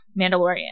Mandalorian